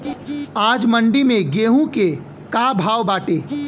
आज मंडी में गेहूँ के का भाव बाटे?